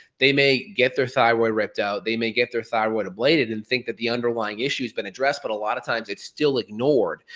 they may get their thyroid ripped out, they may get their thyroid ablated and think that the underlying issues been addressed but a lot of times it's still ignored.